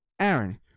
Aaron